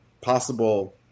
possible